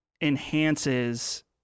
enhances